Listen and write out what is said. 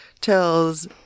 tells